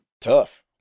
Tough